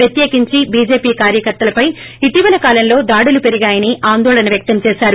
ప్రత్యేకించి బీజేపీ కార్యకర్తలపై ఇటీవల కాలంలో దాడులు పెరిగాయని ఆందోళన వ్యక్తం చేశారు